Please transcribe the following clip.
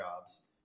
jobs